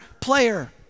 player